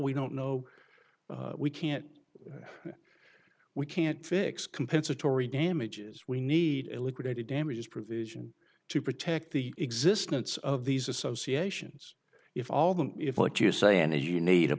we don't know we can't we can't fix compensatory damages we need liquidated damages provision to protect the existence of these associations if all of them if what you say and you need a